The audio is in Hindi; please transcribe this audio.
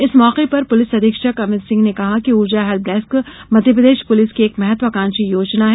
इस मौके पर प्रलिस अधीक्षक अभित सिंह ने कहा कि ऊर्जा हेल्प डेस्क मध्यप्रदेश पुलिस की एक महत्वाकांक्षी योजना है